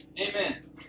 Amen